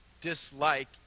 dislike